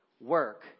work